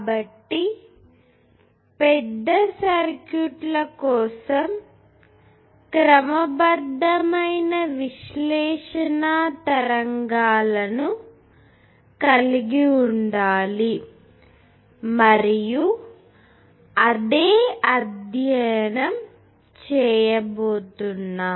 కాబట్టి పెద్ద సర్క్యూట్ల కోసం క్రమబద్ధమైన విశ్లేషణ తరంగాలను కలిగి ఉండాలి మరియు అదే అధ్యయనం చేయబోతున్నాం